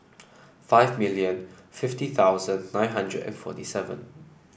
five million fifty thousand nine hundred and forty seven